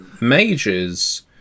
mages